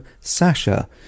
Sasha